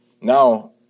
now